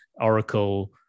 Oracle